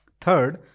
Third